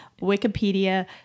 wikipedia